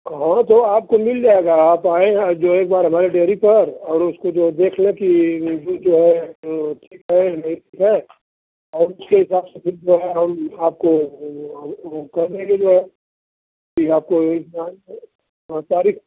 हाँ तो आपको मिल जाएगा आप आएँ हैं आ जो एक बार हमारी डेयरी पर और उसको जो है देख लें कि नज़दीक है तो ठीक है नहीं ठीक है और उसके हिसाब से फिर जो है हम आपको फिर आपको तारीख़